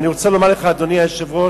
אני רוצה לומר לך, אדוני היושב-ראש,